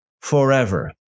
forever